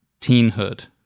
teenhood